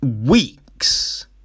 Weeks